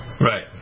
right